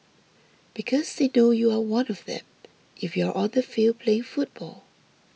because they know you are one of them if you are on the field playing football